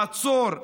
לעצור ולמנוע.